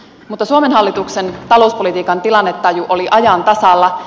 mutta suomen hallituksen talouspolitiikan tilannetaju oli ajan tasalla